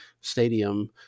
stadium